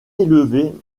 élevée